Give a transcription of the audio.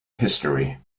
history